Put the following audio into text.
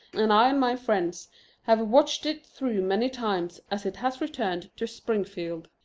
and i and my friends have watched it through many times as it has returned to springfield.